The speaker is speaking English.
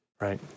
Right